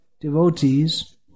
devotees